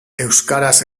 euskaraz